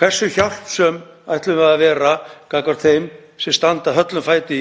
Hversu hjálpsöm ætlum við að vera gagnvart þeim sem standa höllum fæti